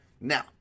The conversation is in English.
now